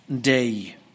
day